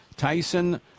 Tyson